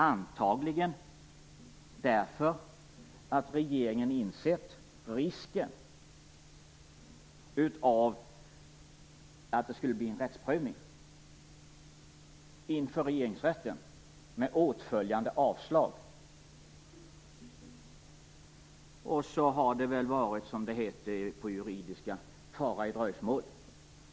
Antagligen är det därför att regeringen har insett risken för att det blir en rättsprövning inför Regeringsrätten med åtföljande avslag. Dessutom har det väl, som det heter på juridiskt språk, varit fara i dröjsmål.